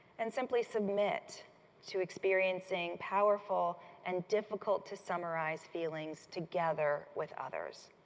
and simply submit to experiencing powerful and difficult to summarize feelings together with others.